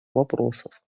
вопросов